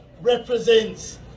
represents